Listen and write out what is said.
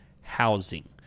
housing